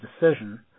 decision